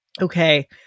okay